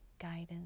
guidance